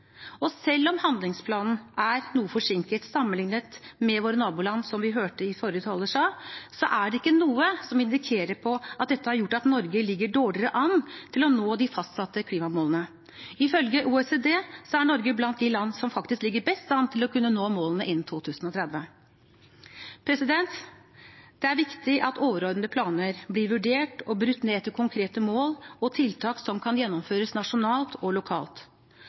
Selv om handlingsplanen er noe forsinket sammenlignet med i våre naboland, som vi hørte forrige taler sa, er det ikke noe som indikerer at dette har gjort at Norge ligger dårligere an med hensyn til å nå de fastsatte klimamålene. Ifølge OECD er Norge blant de land som faktisk ligger best an til å kunne nå målene innen 2030. Det er viktig at overordnede planer blir vurdert og brutt ned til konkrete mål og tiltak som kan gjennomføres nasjonalt og lokalt.